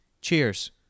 Cheers